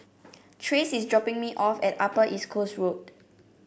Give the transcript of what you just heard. Trace is dropping me off at Upper East Coast Road